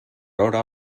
hora